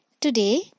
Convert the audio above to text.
Today